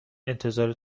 انتظار